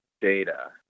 data